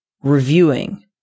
reviewing